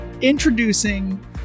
Introducing